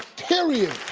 period.